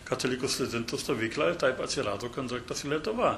katalikų studentų stovyklą ir taip atsirado kontaktas lietuva